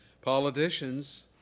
politicians